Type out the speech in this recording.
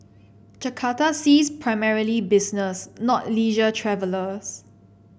Jakarta sees primarily business not leisure travellers